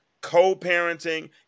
co-parenting